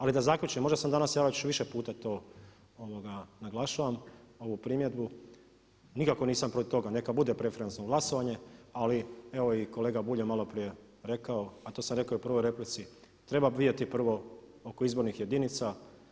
Ali da zaključim, možda sam danas ja već više puta to naglasio ovu primjedbu, nikako nisam protiv toga neka bude preferencijalno glasovanje ali evo i kolega Bulj je maloprije rekao a to sam rekao i u prvoj replici treba vidjeti prvo oko izbornih jedinica.